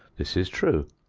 this is true.